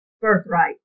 birthright